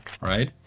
right